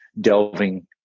delving